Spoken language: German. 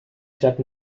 stadt